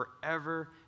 forever